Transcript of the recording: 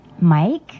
Mike